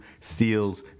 steals